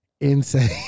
insane